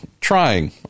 trying